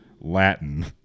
Latin